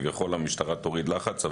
כביכול המשטרה תוריד לחץ,